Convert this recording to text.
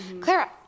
clara